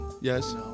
Yes